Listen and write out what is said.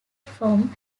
from